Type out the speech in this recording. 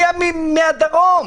מהדרום,